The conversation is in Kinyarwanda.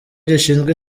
gishinzwe